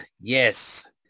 yes